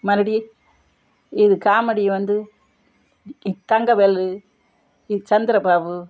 மறுபடியும் இது காமெடி வந்து தங்கவேலு இது சந்திரபாபு